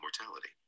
mortality